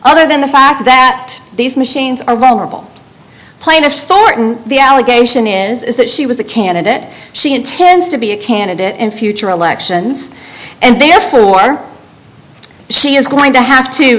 other than the fact that these machines are vulnerable plaintiff stuart the allegation is that she was a candidate she intends to be a candidate in future elections and therefore she is going to have to